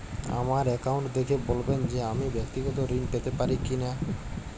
আমার অ্যাকাউন্ট দেখে বলবেন যে আমি ব্যাক্তিগত ঋণ পেতে পারি কি না?